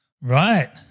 Right